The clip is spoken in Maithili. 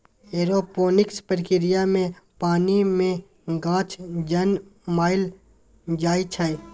एरोपोनिक्स प्रक्रिया मे पानि मे गाछ जनमाएल जाइ छै